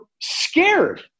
scared